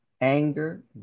anger